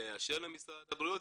באשר למשרד הבריאות,